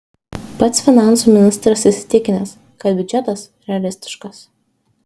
pats finansų ministras įsitikinęs kad biudžetas realistiškas